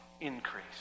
increase